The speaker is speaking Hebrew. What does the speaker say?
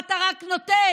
מה, אתה רק נותן?